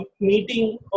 meeting